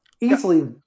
easily